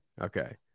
okay